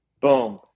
boom